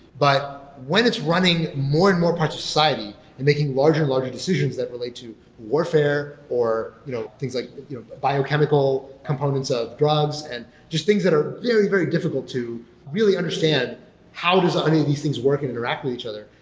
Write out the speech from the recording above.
but when it's running more and more parts of society and making larger and larger decisions that relate to warfare, or you know things like biochemical components of drugs and just things that are very, very difficult to really understand how does ah any of these work and interact with each other.